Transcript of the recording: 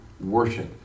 Worship